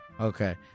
Okay